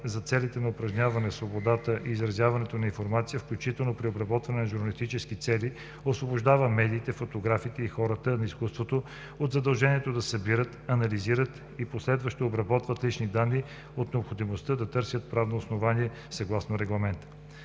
за целите на упражняване свободата на изразяване и информация, включително при обработването за журналистически цели освобождава медиите, фотографите и хората на изкуството от задължението да събират, анализират и последващо обработват лични данни от необходимостта да търсят правно основание съгласно Регламента.